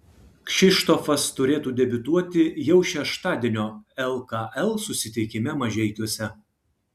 kšištofas turėtų debiutuoti jau šeštadienio lkl susitikime mažeikiuose